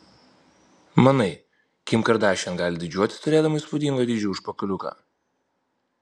manai kim kardašian gali didžiuotis turėdama įspūdingo dydžio užpakaliuką